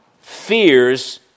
fears